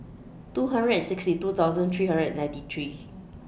two hundred and sixty two thousand three hundred and ninety three